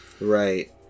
Right